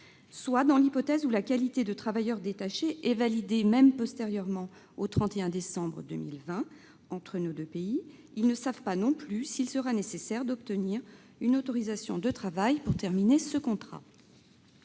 soit, dans l'hypothèse où la qualité de travailleur détaché est validée, même postérieurement au 31 décembre 2020 entre nos deux pays, ils ne savent pas non plus s'il sera nécessaire d'obtenir une autorisation de travail pour terminer ce contrat.